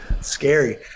scary